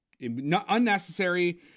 unnecessary